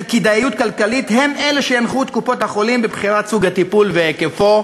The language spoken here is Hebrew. כדאיות כלכלית הם אלה שינחו את קופות-החולים בבחירת סוג הטיפול והיקפו,